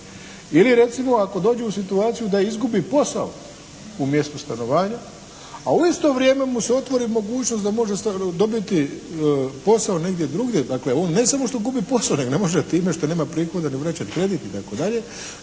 Ili recimo ako dođe u situaciju da izgubi posao u mjestu stanovanja, a u isto vrijeme mu se otvori mogućnost da može dobiti posao negdje drugdje, dakle on ne samo što gubi posao nego ne može time što nema prihoda vraćati kredit itd. da